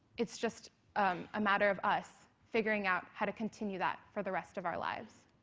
it's just a matter of us figuring out how to continue that for the rest of our lives.